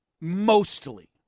mostly